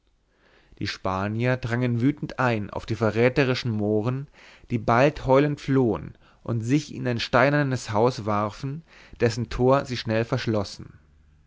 die spanier drangen wütend ein auf die verräterischen mohren die bald heulend flohen und sich in ein steinernes haus warfen dessen tor sie schnell verschlossen